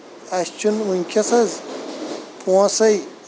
اَسہِ چھنہٕ وُنکیس حظ پونسے